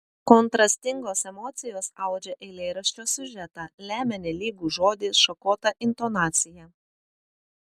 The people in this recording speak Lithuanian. kontrastingos emocijos audžia eilėraščio siužetą lemia nelygų žodį šakotą intonaciją